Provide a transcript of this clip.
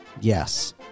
Yes